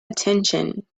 attention